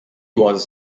was